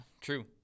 true